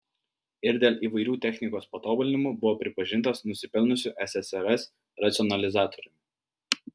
ir dėl įvairių technikos patobulinimų buvo pripažintas nusipelniusiu ssrs racionalizatoriumi